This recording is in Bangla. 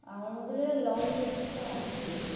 আমার মতো যেন লং জেনারেশনে আছে